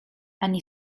ani